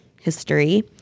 history